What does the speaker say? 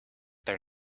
their